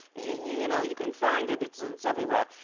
you know, you can find it, it's it's everywhere,